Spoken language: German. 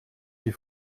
die